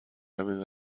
همین